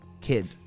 kid